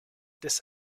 this